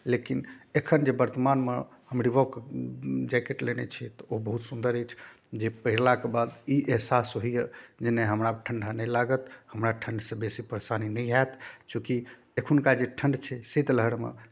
लेकिन एखन जे वर्तमानमे हम रीबॉक जैकेट लेने छी तऽ ओ बहुत सुन्दर अछि जे पहिरलाके बाद ई एहसास होइए जे नहि हमरा आब ठंडा नहि लागत हमरा ठंडसँ बेसी परेशानी नहि हैत चूँकि एखुनका जे ठंड छै शीतलहरमे